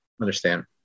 understand